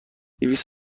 دویست